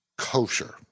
Kosher